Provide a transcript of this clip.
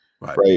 right